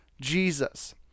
Jesus